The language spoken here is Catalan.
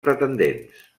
pretendents